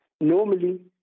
normally